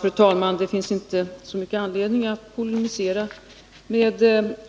Fru talman! Det finns inte mycket anledning att polemisera mot